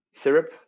syrup